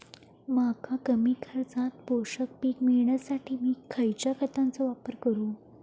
मका कमी खर्चात पोषक पीक मिळण्यासाठी मी खैयच्या खतांचो वापर करू?